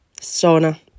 sauna